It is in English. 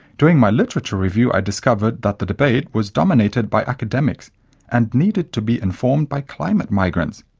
doing my literature review i discovered that the debate was dominated by academics and needed to be informed by climate migrants.